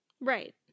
right